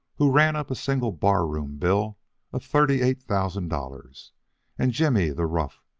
who ran up a single bar-room bill of thirty-eight thousand dollars and jimmie the rough,